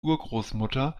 urgroßmutter